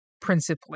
principally